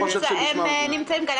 הם נמצאים כאן.